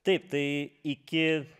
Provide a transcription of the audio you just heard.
taip tai iki